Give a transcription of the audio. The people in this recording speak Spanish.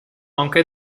aunque